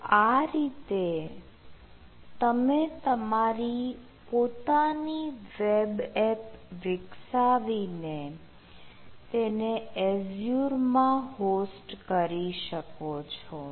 તો આ રીતે તમે તમારી પોતાની વેબ એપ વિકસાવીને તેને એઝ્યુર માં હોસ્ટ કરી શકો છો